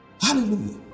hallelujah